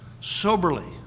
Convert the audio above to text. Soberly